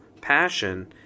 passion